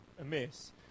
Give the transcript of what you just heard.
amiss